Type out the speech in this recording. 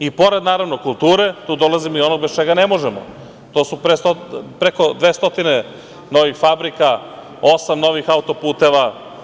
I pored, naravno, kulture, tu dolazimo i do onoga bez čega ne možemo, to je preko 200 novih fabrika, osam novih auto-puteva.